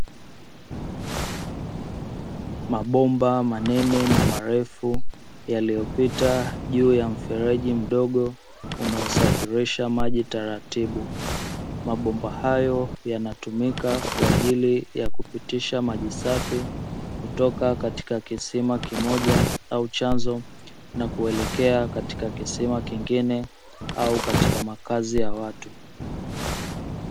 Mabomba manene na marefu yaliyopita juu ya mfereji mdogo unaopitisha maji taratibu, mabomba hayo yanatumika kwajili ya kupitisha maji safi kutoka katika kisima kimoja au chanzo na kuelekea katika kisima kingine au katika makazi ya watu.